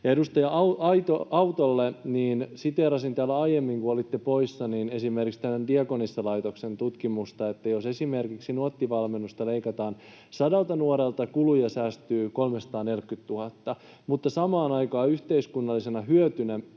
edustaja Autolle: siteerasin täällä aiemmin, kun olitte poissa, esimerkiksi Diakonissalaitoksen tutkimusta, että jos esimerkiksi Nuotti-valmennusta leikataan sadalta nuorelta, kuluja säästyy 340 000, mutta samaan aikaan yhteiskunnallisena hyötynä